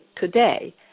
today